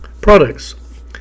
products